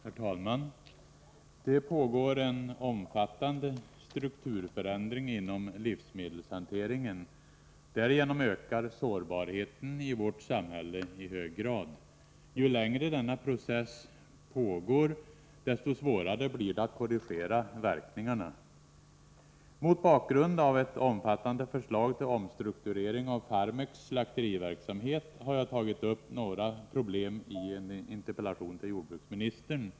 Herr talman! Det pågår en omfattande strukturförändring inom livsmedelshanteringen. Därigenom ökar sårbarheten i vårt samhälle i hög grad. Ju längre denna process pågår, desto svårare blir det att korrigera verkningarna. Mot bakgrund av ett omfattande förslag till omstrukturering av Farmeks slakteriverksamhet har jag tagit upp några problem i en interpellation till jordbruksministern.